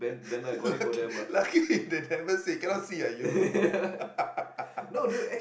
lucky lucky they never say cannot see ah you